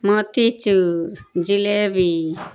موتی چور جلیبی